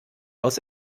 aus